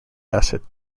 acid